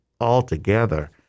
altogether